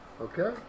Okay